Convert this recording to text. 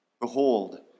Behold